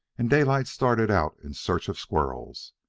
and daylight started out in search of squirrels.